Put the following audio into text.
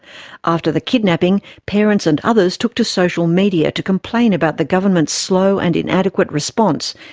after the kidnapping, parents and others took to social media to complain about the government's slow and inadequate response,